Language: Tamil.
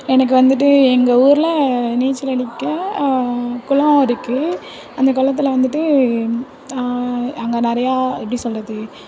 எனக்கு வந்துட்டு எங்கள் ஊரில் நீச்சல் அடிக்க குளம் இருக்குது அந்த குளத்துல வந்துட்டு அங்கே நிறையா எப்படி சொல்கிறது